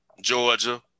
Georgia